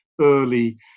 early